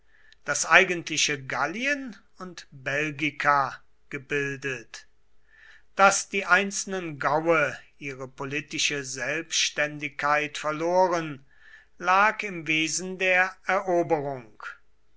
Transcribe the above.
das eigentliche gallien und belgica gebildet daß die einzelnen gaue ihre politische selbständigkeit verloren lag im wesen der eroberung